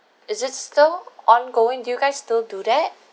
is it still ongoing do you guys still do that